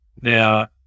Now